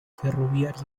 ferroviaria